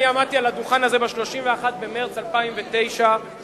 אני עמדתי על הדוכן הזה ב-31 במרס 2009 ואמרתי